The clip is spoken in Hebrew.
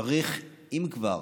צריך, אם כבר